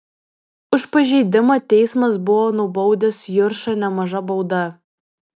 už pažeidimą teismas buvo nubaudęs juršą nemaža bauda